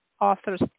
authors